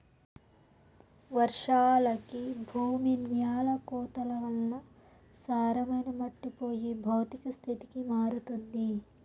వర్షాలకి భూమి న్యాల కోతల వల్ల సారమైన మట్టి పోయి భౌతిక స్థితికి మారుతుంది